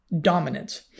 dominance